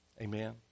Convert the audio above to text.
Amen